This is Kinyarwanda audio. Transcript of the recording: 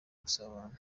gusabana